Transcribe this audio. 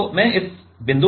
तो मैं इस बिंदु पर हूँ